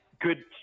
good